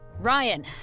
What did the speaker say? Ryan